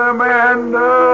Amanda